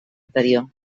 anterior